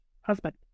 husband